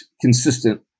consistent